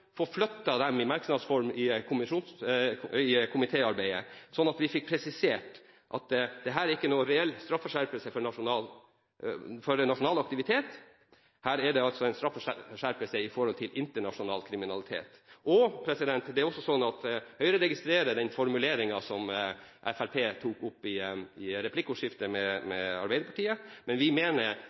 få flyttet dette i merknads form i komitéarbeidet, slik at vi får presisert at dette er ikke noen reell straffeskjerpelse for nasjonal aktivitet. Her er det altså en straffeskjerpelse overfor internasjonal kriminalitet. Høyre registrerer den formuleringen som Fremskrittspartiet tok opp i replikkordskiftet med Arbeiderpartiet, men vi mener